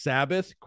Sabbath